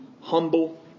humble